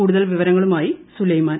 കൂടുതൽ വിവരങ്ങളുമായി സുലൈമാൻ